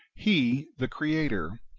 he the creator,